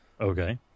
Okay